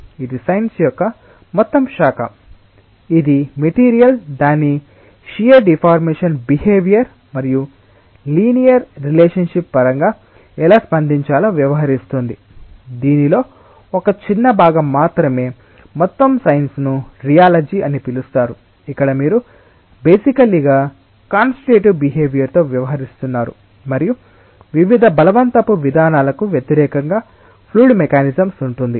ఇది సైన్స్ యొక్క మొత్తం శాఖ ఇది మెటీరియల్ దాని షియర్ డిఫార్మెషన్ బిహేవియర్ మరియు లినియర్ రిలేషన్షిప్ పరంగా ఎలా స్పందించాలో వ్యవహరిస్తుంది దీనిలో ఒక చిన్న భాగం మాత్రమే మొత్తం సైన్స్ను రియాలజీ అని పిలుస్తారు ఇక్కడ మీరు బేసికల్లి గా కాన్స్టిటేటివ్ బిహేవియర్ తో వ్యవహరిస్తున్నారు మరియు వివిధ బలవంతపు విధానాలకు వ్యతిరేకంగా ఫ్లూయిడ్ మెకానిసమ్స్ ఉంటుంది